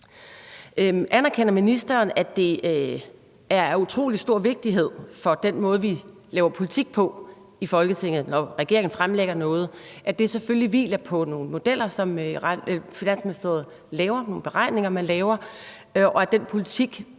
Anerkender ministeren, at det er af utrolig stor vigtighed for den måde, vi laver politik på i Folketinget, at når regeringen fremlægger noget, hviler det selvfølgelig på nogle modeller, som Finansministeriet laver, nogle beregninger, man laver, og at den politik